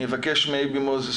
אני מבקש מאייבי מוזס,